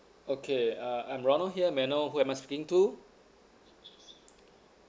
okay uh I'm ronald here may I know who am I speaking to